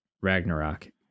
Ragnarok